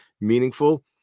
meaningful